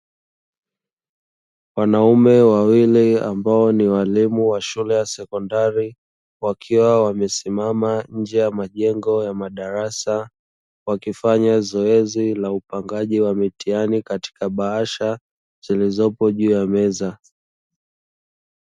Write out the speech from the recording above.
Wanaume wawili ambao ni Walimu wa shule ya sekondari, wakiwa wamesimama nje ya majengo ya madarasa, wakifanya zoezi la upangaji wa mitihani katika bahasha zilizopo juu ya meza.